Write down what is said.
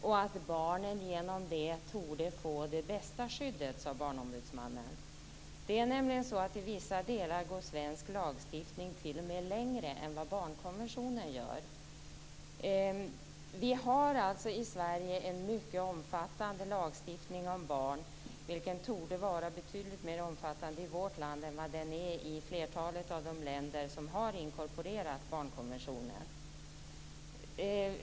Barnen torde genom det få det bästa skyddet, sade Barnombudsmannen. I vissa delar går nämligen svensk lagstiftning t.o.m. längre än barnkonventionen gör. Vi har alltså i Sverige en mycket omfattande lagstiftning om barn, vilken torde vara betydligt mer omfattande i vårt land än den är i flertalet av de länder som har inkorporerat barnkonventionen.